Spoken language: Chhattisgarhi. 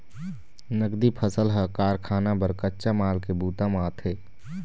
नगदी फसल ह कारखाना बर कच्चा माल के बूता म आथे